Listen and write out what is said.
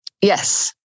Yes